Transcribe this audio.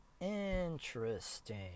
Interesting